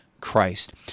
Christ